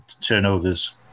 turnovers